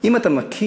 אם אתה מכיר